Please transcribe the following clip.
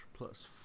plus